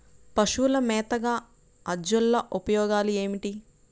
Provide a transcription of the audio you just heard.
పశువుల మేతగా అజొల్ల ఉపయోగాలు ఏమిటి?